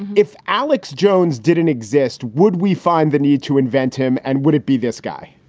if alex jones didn't exist, would we find the need to invent him? and would it be this guy?